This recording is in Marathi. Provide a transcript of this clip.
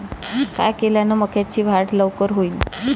काय केल्यान मक्याची वाढ लवकर होईन?